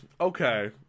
Okay